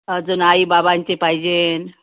अजून आई बाबांचे पाहिजेन